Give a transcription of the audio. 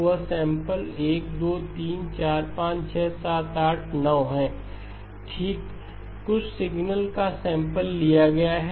तो वह सैंपल संख्या 1 2 3 4 5 6 7 8 9 है ठीक कुछ सिग्नल का सैंपल लिया गया है